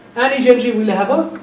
and each entry will have a